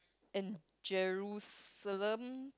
and Jerusalem